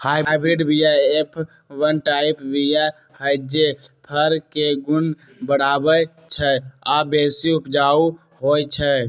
hybrid बीया F one type बीया हई जे फर के गुण बढ़बइ छइ आ बेशी उपजाउ होइ छइ